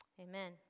Amen